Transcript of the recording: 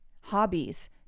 hobbies